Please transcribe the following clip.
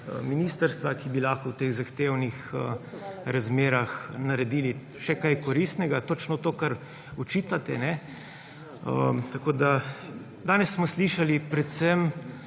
in bi lahko v teh zahtevnih razmerah naredili še kaj koristnega, točno to, kar očitate. Danes smo slišali predvsem